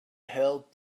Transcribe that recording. help